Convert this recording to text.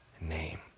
name